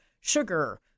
sugar